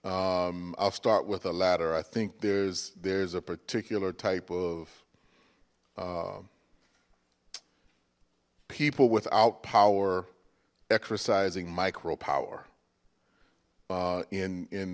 i'll start with a ladder i think there's there's a particular type of people without power exercising micro power in in